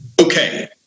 okay